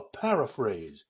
paraphrase